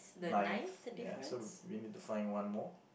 ninth ya so we need to find one more